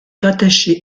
rattaché